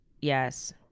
yes